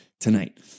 Tonight